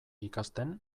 ikasten